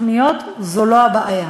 תוכניות הן לא הבעיה.